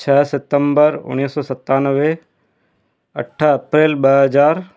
छह सितंबर उणिवीह सौ सतानवे अठ अप्रैल ॿ हज़ार